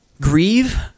grieve